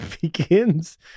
begins